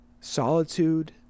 solitude